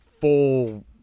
full